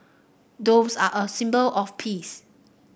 doves are a symbol of peace